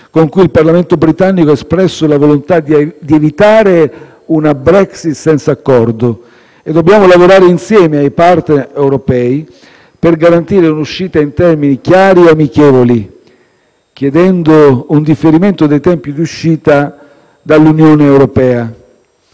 con cui il Parlamento britannico ha espresso la volontà di evitare una Brexit senza accordo, e dobbiamo lavorare insieme ai *partner* europei per garantire un'uscita in termini chiari e amichevoli, chiedendo un differimento dei tempi di uscita dall'Unione europea.